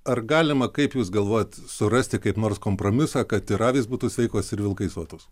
ar galima kaip jūs galvojot surasti kaip nors kompromisą kad ir avys būtų sveikos ir vilkai sotūs